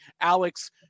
Alex